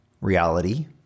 reality